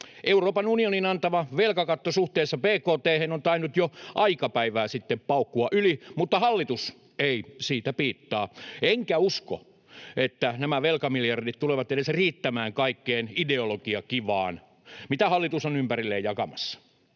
Euroopan unionin antama velkakatto suhteessa bkt:hen on tainnut jo aika päivää sitten paukkua yli, mutta hallitus ei siitä piittaa. Enkä usko, että nämä velkamiljardit tulevat edes riittämään kaikkeen ideologiakivaan, mitä hallitus on ympärilleen jakamassa.